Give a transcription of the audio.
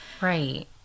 right